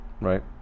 Right